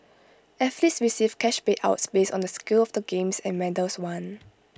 athletes receive cash payouts based on the scale of the games and medals won